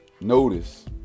Notice